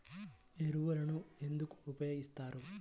ఎరువులను ఎందుకు ఉపయోగిస్తారు?